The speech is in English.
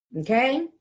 okay